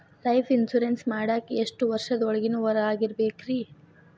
Life insurance ಮಾಡಾಕ ಎಷ್ಟು ವರ್ಷದ ಒಳಗಿನವರಾಗಿರಬೇಕ್ರಿ?